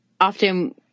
often